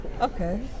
okay